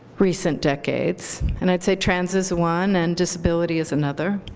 recent decades and i'd say trans is one and disability is another